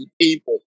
people